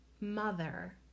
mother